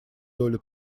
долю